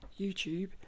YouTube